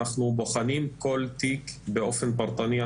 אנחנו בוחנים כל תיק באופן פרטני,